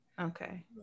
okay